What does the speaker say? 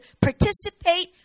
participate